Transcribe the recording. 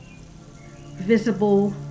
visible